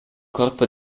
corpo